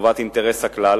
לטובת אינטרס הכלל,